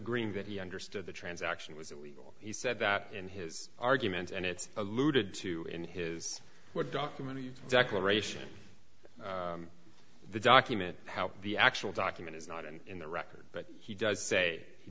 greeing that he understood the transaction was illegal he said that in his argument and it's alluded to in his documentary declaration the document how the actual document is not and in the record but he does say he